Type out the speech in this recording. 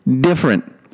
different